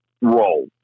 role